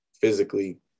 physically